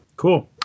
Cool